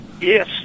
Yes